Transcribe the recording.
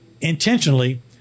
intentionally